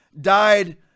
Died